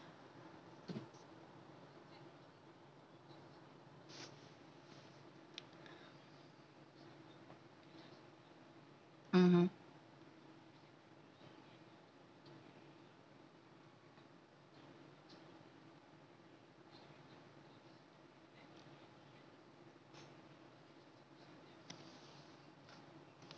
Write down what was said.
mmhmm